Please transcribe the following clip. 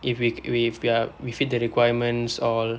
if we ca~ if we're if we fit the requirements all